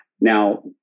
Now